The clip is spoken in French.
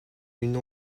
une